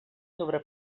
sobre